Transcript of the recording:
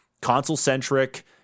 console-centric